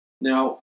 Now